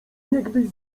niegdyś